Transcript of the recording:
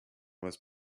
was